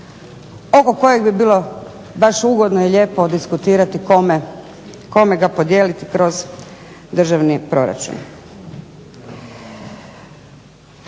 oko kojeg bi bilo baš ugodno i lijepo diskutirati kome ga podijeliti kroz državni proračun.